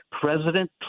President